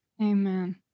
Amen